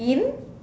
really